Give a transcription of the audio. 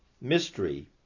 mystery